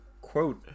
quote